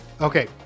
Okay